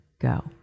go